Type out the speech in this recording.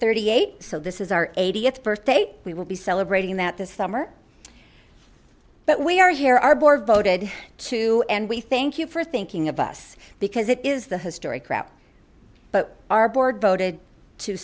thirty eight so this is our eightieth birthday we will be celebrating that this summer but we are here our board voted to and we thank you for thinking of us because it is the historic route but our board voted to